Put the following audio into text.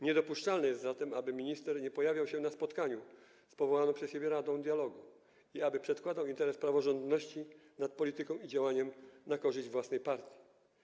Niedopuszczalne jest zatem, aby minister nie pojawiał się na spotkaniach z powołaną przez siebie radą dialogu i przedkładał ponad interes praworządności politykę i działania na korzyść własnej partii.